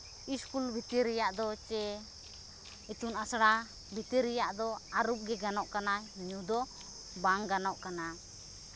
school ᱵᱷᱤᱛᱤᱨ ᱨᱮᱭᱟᱜ ᱫᱚ ᱪᱮ ᱤᱛᱩᱱ ᱟᱥᱲᱟ ᱵᱷᱤᱛᱤᱨ ᱨᱮᱭᱟᱜ ᱫᱚ ᱟᱹᱨᱩᱵ ᱜᱮ ᱜᱟᱱᱚᱜ ᱠᱟᱱᱟ ᱧᱩ ᱫᱚ ᱵᱟᱝ ᱜᱟᱱᱚᱜ ᱠᱟᱱᱟ